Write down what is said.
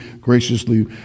graciously